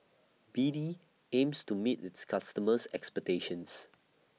B D aims to meet its customers' expectations